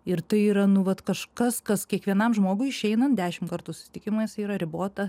ir tai yra nu vat kažkas kas kiekvienam žmogui išeinant dešimt kartų susitikimas yra ribota